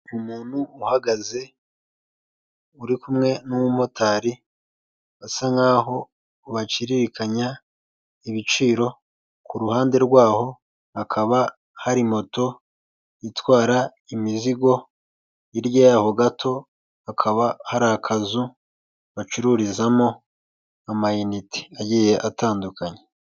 Umuntu uhagaze uri kumwe n'umumotari basa nkaho baciririkanya ibiciro, ku ruhande rwaho hakaba hari moto itwara imizigo, hirya yaho gato hakaba hari akazu bacururizamo amayinite agiye atandukanye.